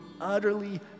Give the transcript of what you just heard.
utterly